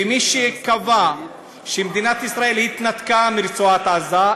ומי שקבע שמדינת ישראל התנתקה מרצועת עזה,